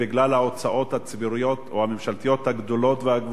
ההוצאות הציבוריות או הממשלתיות הגדולות והגבוהות.